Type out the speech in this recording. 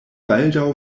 baldaŭ